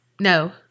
no